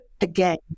again